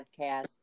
podcast